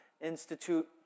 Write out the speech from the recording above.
Institute